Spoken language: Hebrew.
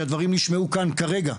כי הדברים נשמעו כאן כרגע.